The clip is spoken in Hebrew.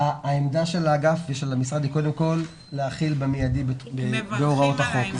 העמדה של האגף ושל המשרד היא קודם כל להחיל במיידי בהתאם להוראות החוק.